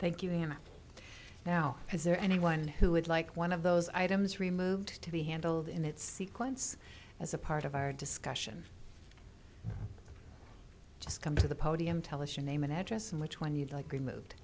thank you and now is there anyone who would like one of those items removed to be handled in its sequence as a part of our discussion just come to the podium tell us your name and address and which one you'd like removed